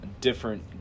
different